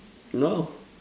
no